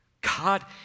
God